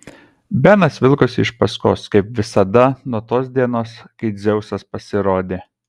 benas vilkosi iš paskos kaip visada nuo tos dienos kai dzeusas pasirodė